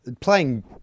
playing